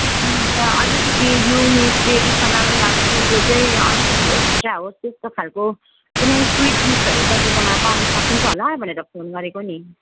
अनि त अलिकति युनिक ट्रेडिसनल अब दिउँसो चाहिँ अलिकति एक्स्ट्रा होस् त्यस्तो खालको कुनै स्विट डिसहरू तपाईँकोमा पाउन सकिन्छ होला भनेर फोन गरेको नि